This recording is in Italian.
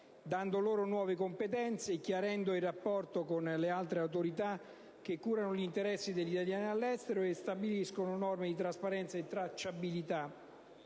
dando loro nuove competenze, chiarendo il rapporto con le altre autorità che curano gli interessi degli italiani all'estero e stabiliscono norme di trasparenza e tracciabilità